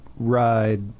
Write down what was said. Ride